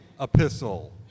epistle